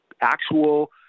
actual